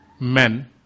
men